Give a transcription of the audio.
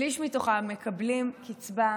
שליש מתוכם מקבלים קצבה חודשית,